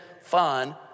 fun